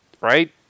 right